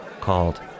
called